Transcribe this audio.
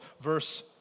verse